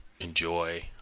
enjoy